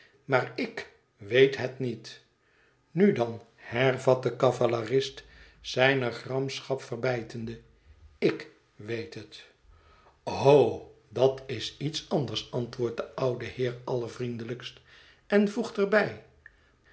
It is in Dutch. maar ik weet het niet nu dan hervat de cavalerist zijne gramschap verbijtende ik weet het o dat is iets anders antwoordt de oude heer allervriendelijkst en voegt er